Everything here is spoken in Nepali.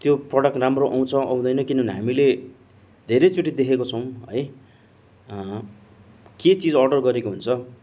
त्यो प्रडक्ट राम्रो आउँछ आउँदैन किनभने हामीले धेरैचोटि देखेको छौँ है के चिज अर्डर गरेको हुन्छ